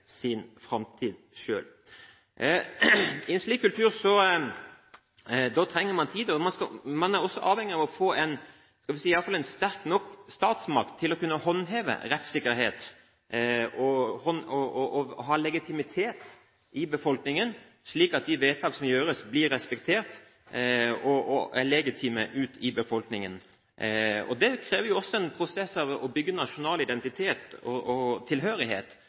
sin framtid selv. I en slik kultur trenger man tid. Man er også avhengig av å få en sterk nok statsmakt til å kunne håndheve rettssikkerhet, slik at de vedtak som gjøres, blir respektert og har legitimitet i befolkningen. Det krever også en prosess å bygge nasjonal identitet og tilhørighet. Det vet vi fra vår egen historie ikke er en enkel sak å gjøre i en håndvending. Det er noe som må bygges over tid. Demokrati, medbestemmelse og